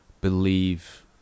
believe